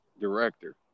director